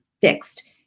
fixed